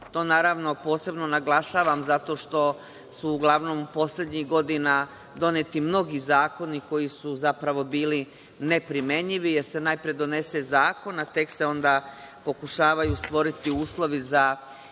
to naravno, posebno naglašavam, zato što su uglavnom poslednjih godina doneti mnogi zakoni koji su zapravo bili neprimenjivi, jer se najpre donese zakon, a tek se onda pokušavaju stvoriti uslovi za njegovu